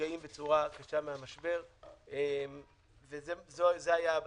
שנפגעים בצורה קשה מהמשבר - זה היה הבסיס.